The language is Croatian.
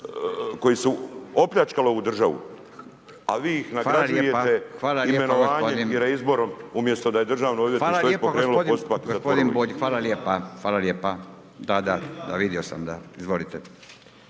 koji su opljačkali ovu državu a vi ih nagrađujete imenovanjem i reizborom umjesto da je Državno odvjetništvo već pokrenulo postupak …/Govornik se ne razumije./…